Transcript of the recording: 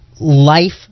life